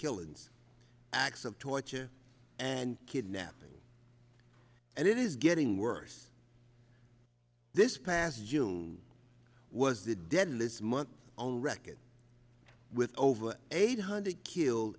killings acts of torture and kidnapping and it is getting worse this past june was the deadliest month on record with over eight hundred killed